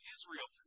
Israel